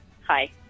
Hi